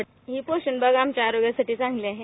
हे पोषण विभाग आमच्या आरोग्यासाठी चांगलं आहे